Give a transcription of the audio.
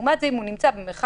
לעומת זאת, אם הוא נמצא במרחק